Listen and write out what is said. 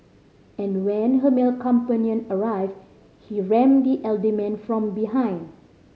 and when her male companion arrived he rammed the elderly man from behind